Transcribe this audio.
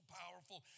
powerful